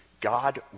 God